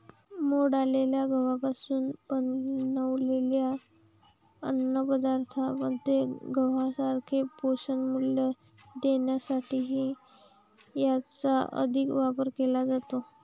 मोड आलेल्या गव्हापासून बनवलेल्या अन्नपदार्थांमध्ये गव्हासारखेच पोषणमूल्य देण्यासाठीही याचा अधिक वापर केला जातो